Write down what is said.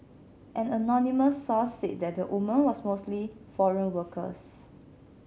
an anonymous source said that the women was mostly foreign workers